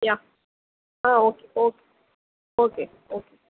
யா ஆ okay okay okay okay